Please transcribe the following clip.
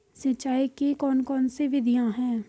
सिंचाई की कौन कौन सी विधियां हैं?